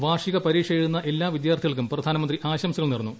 വാർഷിക പരീക്ഷ എഴുതുന്ന എല്ലാ വിദ്യാർത്ഥികൾക്കും പ്രധാനമന്ത്രി ആശംസകൾ നേർന്നു